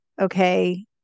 okay